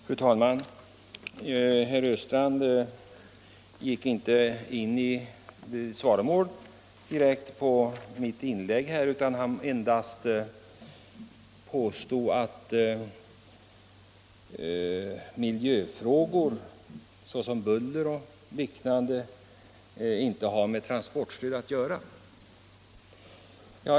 Fru talman! Herr Östrand svarade inte direkt på mitt inlägg utan påstod endast att miljöfrågor såsom buller och liknande inte har med transportstödet att göra.